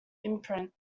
imprint